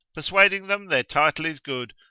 persuading them their title is good,